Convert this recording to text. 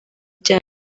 bya